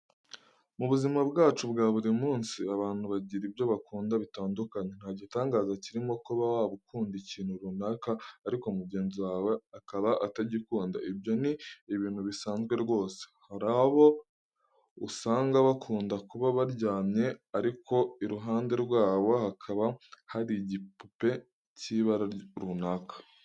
Mu buzima bwacu bwa buri munsi, abantu bagira ibyo bakunda bitandukanye. Nta gitangaza kibirimo kuba waba ukunda ikintu runaka ariko mugenzi wawe akaba atagikunda, ibyo ni ibintu bisanzwe rwose. Hari abo usanga bakunda kuba baryamye ariko iruhande rwabo hakaba hari igipupe cy'ibara runaka.